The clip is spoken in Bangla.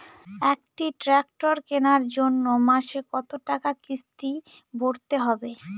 একটি ট্র্যাক্টর কেনার জন্য মাসে কত টাকা কিস্তি ভরতে হবে?